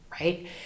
right